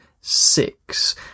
six